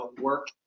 work